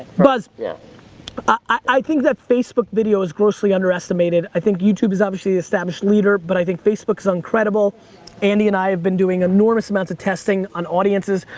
buzz, yeah i think that facebook video is grossly underestimated, i think that youtube's obviously the established leader, but i think facebook's incredible andy and i have been doing enormous amounts of testing on audiences.